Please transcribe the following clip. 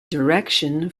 direction